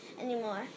anymore